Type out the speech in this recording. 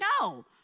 No